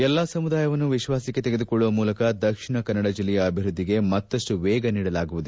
ಎಲ್ಲಾ ಸಮುದಾಯವನ್ನು ವಿಶ್ವಾಸಕ್ಕೆ ತೆಗೆದುಕೊಳ್ಳುವ ಮೂಲಕ ದಕ್ಷಿಣ ಕನ್ನಡ ಜಿಲ್ಲೆಯ ಅಭಿವೃದ್ದಿಗೆ ಮತ್ತಪ್ಪು ವೇಗ ನೀಡಲಾಗುವುದು